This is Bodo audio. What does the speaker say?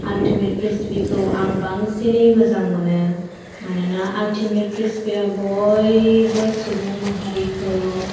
आल्टिमेट फ्रिसबि खौ आं बांसिनै मोजां मोनो मानोना आल्टिमेट फ्रिसबि आ बयबो सुबुं माहारिखौ